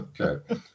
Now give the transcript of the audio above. okay